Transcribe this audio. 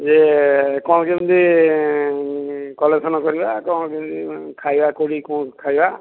ଯେ କ'ଣ କେମିତି କଲେକ୍ସନ କରବା କ'ଣ କେମିତି ଖାଇବା କେଉଁଠି କ'ଣ ଖାଇବା